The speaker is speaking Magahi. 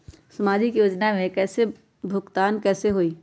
समाजिक योजना के भुगतान कैसे होई?